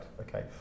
Okay